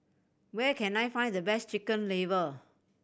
where can I find the best Chicken Liver